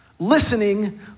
Listening